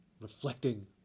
reflecting